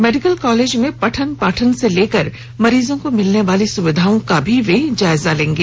medical college में पठन पाठन से लेकर मरीजों को मिलने वाली सुविधाओं का वे जायजा लेंगे